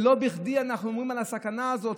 ולא בכדי אנחנו אומרים על הסכנה הזאת,